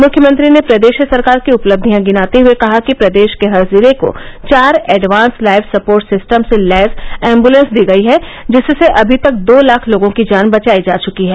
मुख्यमंत्री ने प्रदेश सरकार की उपलब्धियां गिनाते हुए कहा कि प्रदेश के हर जिले को चार एडवांस लाइफ सपोर्ट सिस्टम से लैस एम्बुलेंस दी गयी हैं जिससे अभी तक दो लाख लोगों की जान बचायी जा चुकी हैं